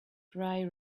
dry